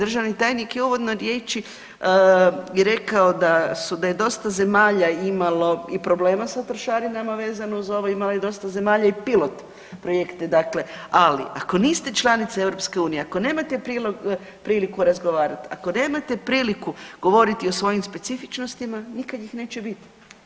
Državni tajnik je u uvodnoj riječi rekao da je dosta zemalja imalo i problema sa trošarinama vezano uz ovo, imalo je dosta zemalja i pilot projekte, dali ako niste članica EU ako nemate priliku razgovarati, ako nemate priliku govoriti o svojim specifičnostima nikad ih neće biti.